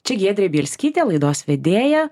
čia giedrė bielskytė laidos vedėja